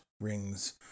rings